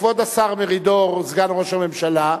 כבוד השר מרידור, סגן ראש הממשלה,